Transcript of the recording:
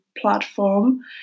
platform